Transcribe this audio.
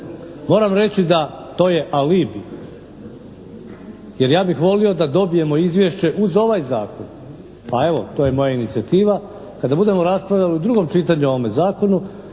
Moram reći da to je alibi, jer ja bih volio da dobijemo izvješće uz ovaj zakon, pa evo to je moja inicijativa. Kada budemo raspravljali u drugom čitanju o ovome zakonu,